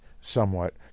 somewhat